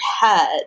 head